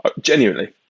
genuinely